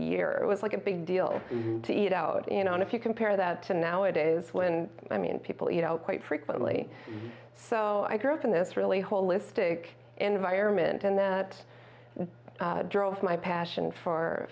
year it was like a big deal to eat out in and if you compare that to nowadays when i mean people you know quite frequently so i grew up in this really holistic environment and then it drove my passion for